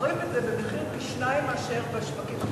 מוכרים את זה במחיר פי-שניים מאשר בשווקים הפתוחים.